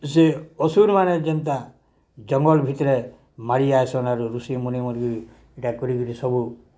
ସେ ଅସୁର୍ମାନେ ଯେନ୍ତା ଜଙ୍ଗଲ୍ ଭିତ୍ରେ ମାଡ଼ି ଆଏସନ ଋଷି ମୁନିମାନେ ଇ'ଟା କରିକିରି ସବୁ